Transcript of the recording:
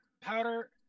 Powder